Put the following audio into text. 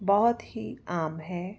ਬਹੁਤ ਹੀ ਆਮ ਹੈ ਅਤੇ